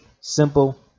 simple